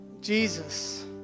Jesus